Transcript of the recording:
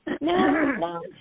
No